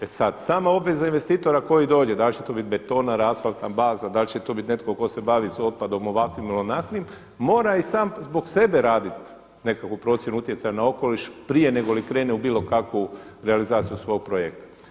E sad, sama obveza investitora koji dođe, da li će to biti beton, asfaltna baza, da li će to biti netko tko se bavi otpadom ovakvim ili onakvim mora i sam zbog sebe raditi nekakvu procjenu utjecaja na okoliš prije nego li krene u bilo kakvu realizaciju svog projekta.